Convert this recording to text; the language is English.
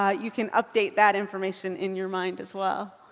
ah you can update that information in your mind as well.